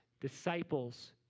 Disciples